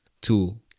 tool